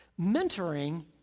Mentoring